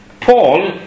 Paul